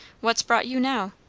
what's brought you now?